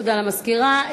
תודה למזכירה.